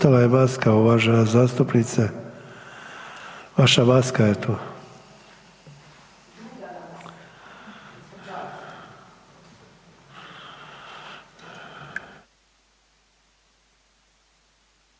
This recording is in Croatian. Ostala je maska uvažena zastupnice, vaša maska je tu.